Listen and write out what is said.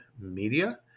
media